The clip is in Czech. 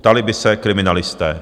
ptali by se kriminalisté.